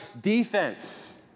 defense